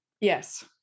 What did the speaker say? yes